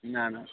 نا نا